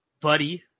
Buddy